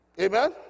Amen